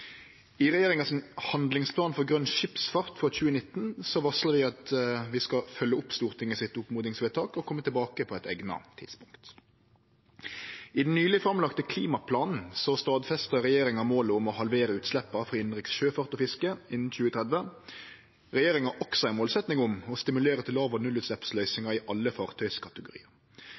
I regjeringa sin handlingsplan for grøn skipsfart frå 2019 varslar vi at vi skal følgje opp Stortingets oppmodingsvedtak og kome tilbake på eit eigna tidspunkt. I den nyleg framlagde klimaplanen stadfestar regjeringa målet om å halvere utsleppa frå innanriks sjøfart og fiske innan 2030. Regjeringa har også ei målsetjing om å stimulere til låg- og nullutsleppsløysingar i alle